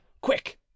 Quick